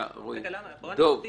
רגע, אנחנו רק נסביר.